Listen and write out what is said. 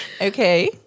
Okay